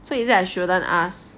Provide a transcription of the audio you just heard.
so is it shouldn't ask